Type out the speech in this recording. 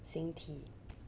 形体